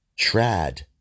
trad